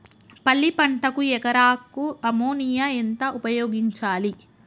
పల్లి పంటకు ఎకరాకు అమోనియా ఎంత ఉపయోగించాలి?